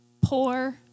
poor